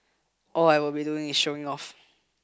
all I would be doing is showing off